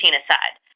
aside